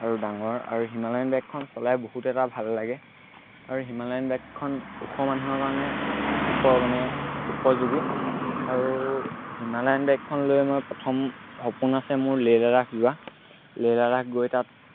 আৰু ডাঙৰ আৰু হিমালয়ান বাইকখন চলাই বহুত এটা ভাল লাগে আৰু হিমালয়ন বাইকখন ওখ মানুহৰ কাৰণে ওখ মানে উপযোগী আৰু হিমালয়ান বাইকখন লৈ মই প্ৰথম সপোন আছে মোৰ লে লাডাখ যোৱা লে লাডাখ গৈ তাত